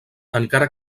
encara